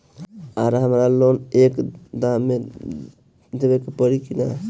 आर हमारा लोन एक दा मे देवे परी किना?